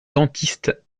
dentiste